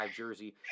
jersey